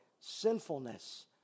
sinfulness